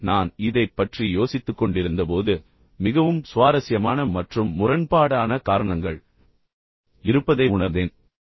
நான் இதைப் பற்றி யோசித்துக்கொண்டிருந்தபோது மிகவும் சுவாரஸ்யமான மற்றும் முரண்பாடான காரணங்கள் இருப்பதை உணர்ந்தேன்